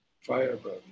firebird